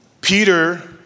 Peter